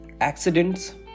accidents